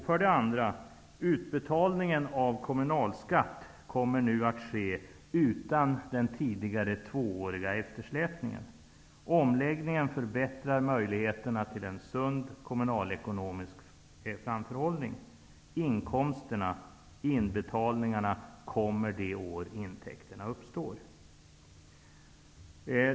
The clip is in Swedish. För det andra kommer utbetalningen av kommunalskatt nu att ske utan den tidigare tvååriga eftersläpningen. Omläggningen förbättrar möjligheterna till en sund kommunalekonomisk framförhållning. Inkomsterna -- inbetalningarna -- kommer det år intäkterna uppstår.